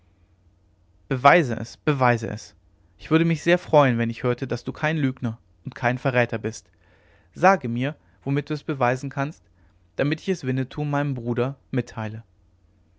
beweise es beweise es ich würde mich sehr sehr freuen wenn ich hörte daß du kein lügner und kein verräter bist sage mir womit du es beweisen kannst damit ich es winnetou meinem bruder mitteile